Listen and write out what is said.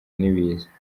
n’ibiza